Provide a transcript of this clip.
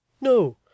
No